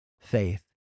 faith